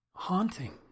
haunting